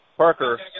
Parker